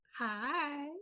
Hi